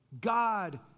God